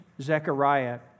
Zechariah